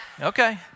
Okay